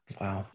Wow